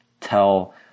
tell